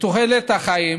בתוחלת החיים.